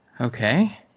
Okay